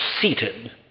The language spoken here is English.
seated